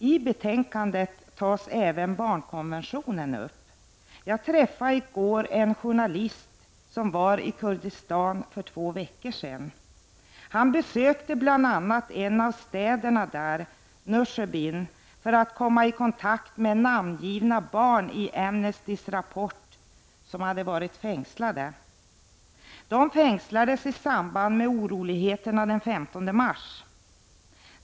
I betänkandet tas även barnkonventionen upp. Jag träffade i går en journalist som var i Kurdistan för två veckor sedan. Han besökte bl.a. en av städerna där, Nusaybin, för att komma i kontakt med i Amnestys rapport namngivna barn som varit fängslade. De fängslades i samband med oroligheterna den 15 mars.